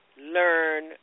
learn